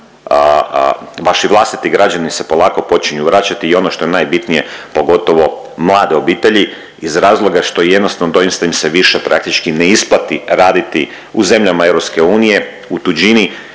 vaši vlastiti građani se polako počinju vraćati i ono što je najbitnije pogotovo mlade obitelji iz razloga što jednostavno doista im se više praktički ne isplati raditi u zemljama EU, u tuđini,